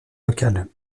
locale